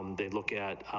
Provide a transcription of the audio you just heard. they'd look at,